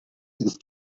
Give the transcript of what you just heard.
ist